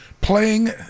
playing